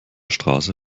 straße